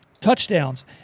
touchdowns